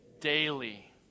Daily